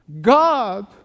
God